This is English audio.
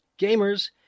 gamers